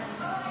נעבור